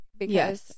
Yes